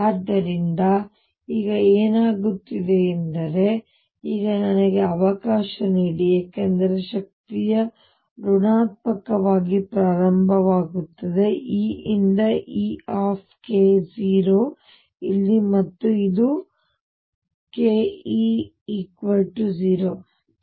ಆದ್ದರಿಂದ ಈಗ ಏನಾಗುತ್ತಿದೆ ಎಂದರೆ ಈಗ ನನಗೆ ಅವಕಾಶ ನೀಡಿ ಏಕೆಂದರೆ ಶಕ್ತಿಯು ಋಣಾತ್ಮಕವಾಗಿ ಪ್ರಾರಂಭವಾಗುತ್ತದೆ E ಯಿಂದ E 0 ಇಲ್ಲಿ ಮತ್ತು ಇದು k ಇದು k E 0 ಇಲ್ಲಿ